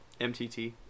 MTT